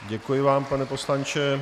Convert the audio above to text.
Děkuji vám, pane poslanče.